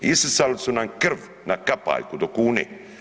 Isisali su nam krv na kapaljku do kune.